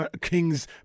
Kings